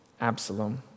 Absalom